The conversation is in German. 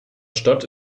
stadt